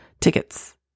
tickets